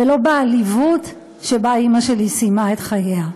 ולא בעליבות שבה אימא שלי סיימה את חייה.